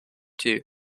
too